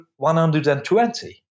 120